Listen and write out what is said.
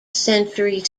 century